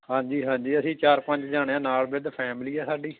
ਹਾਂਜੀ ਹਾਂਜੀ ਅਸੀਂ ਚਾਰ ਪੰਜ ਜਾਣੇ ਆ ਨਾਲ ਵਿਧ ਫੈਮਿਲੀ ਆ ਸਾਡੀ